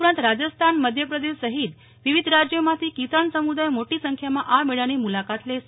ઉપરાંતરાજસ્થાનમધ્યપ્રદેશ સહિત વિવિધ રાજ્યોમાંથી કિસાન સમુદાય મોટી સંખ્યામાં આ મેળાની મુલાકાત લેશે